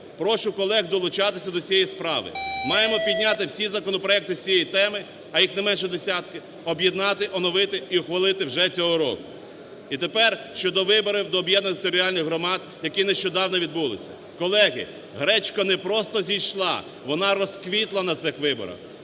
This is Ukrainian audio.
Прошу колег долучатися до цієї справи. Маємо підняти всі законопроекти з цієї теми, а їх не менше десятка, об'єднати, оновити у ухвалити вже цього року. І тепер щодо виборів до об'єднаних територіальних громад, які нещодавно відбулися. Колеги, гречка не просто зійшла, вона розквітла на цих виборах.